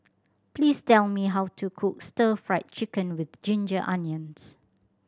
please tell me how to cook Stir Fried Chicken With Ginger Onions